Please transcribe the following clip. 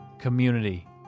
Community